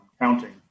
counting